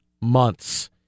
months